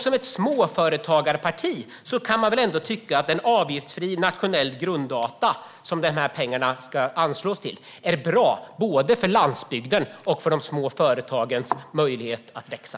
Som ett småföretagarparti kan man väl ändå tycka att en avgiftsfri nationell grunddatabas, som pengarna ska anslås till, är bra för både landsbygden och de små företagens möjlighet att växa.